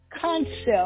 concept